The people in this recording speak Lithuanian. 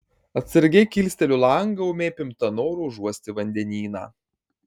atsargiai kilsteliu langą ūmiai apimta noro užuosti vandenyną